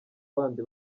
bandi